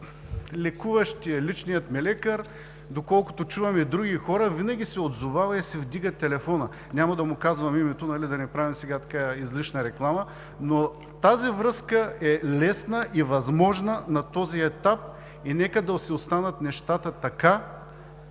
лекуващ лекар, доколкото чувам и от други хора, винаги се отзовава и си вдига телефона – няма да му казвам името, за да не правим излишна реклама. Тази връзка е лесна и възможна на този етап. Нека да си останат нещата така.